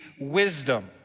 wisdom